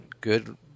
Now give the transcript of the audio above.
good